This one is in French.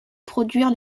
produire